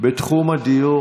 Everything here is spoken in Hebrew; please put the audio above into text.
בתחום הדיור